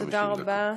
תודה רבה.